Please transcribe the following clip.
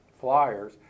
flyers